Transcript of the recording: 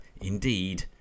indeed